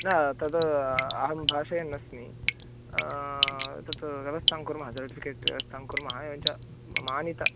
न तद् अहं भाषयन् अस्मि तत् व्यवस्थां कुर्मः सर्टिफ़िकेट् व्यवस्थां कुर्मः एवञ्च म् मानित